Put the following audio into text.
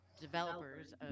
developers